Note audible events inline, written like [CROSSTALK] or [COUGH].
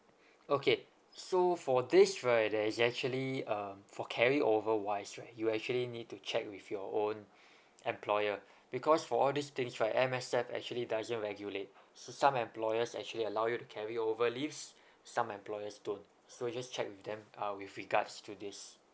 okay so for this right there is actually um for carryover wise right you actually need to check with your own [BREATH] employer because for all these things right M_S_F actually doesn't regulate so some employers actually allow you to carry over leaves some employers don't so you just check with them ah with regards to this